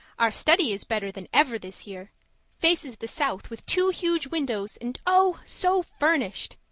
our study is better than ever this year faces the south with two huge windows and oh! so furnished.